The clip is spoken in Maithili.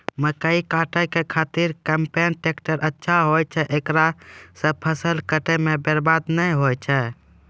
मकई काटै के खातिर कम्पेन टेकटर अच्छा होय छै ऐकरा से फसल काटै मे बरवाद नैय होय छै?